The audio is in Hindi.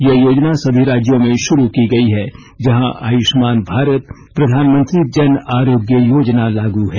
यह योजना सभी राज्यों में शुरू की गई है जहां आयुष्मान भारत प्रधानमंत्री जन आरोग्य योजना लागू है